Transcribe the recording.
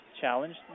challenged